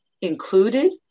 included